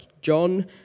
John